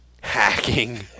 hacking